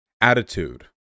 attitude